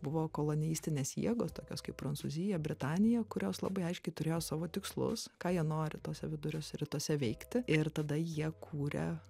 buvo kolonistinės jėgos tokios kaip prancūzija britanija kurios labai aiškiai turėjo savo tikslus ką jie nori tuose vidurio rytuose veikti ir tada jie kūrė